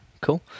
cool